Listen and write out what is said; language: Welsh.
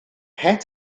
het